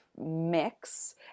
mix